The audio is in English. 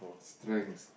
strength